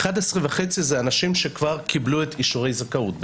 11,500 זה אנשים שכבר קיבלו את אישורי הזכאות,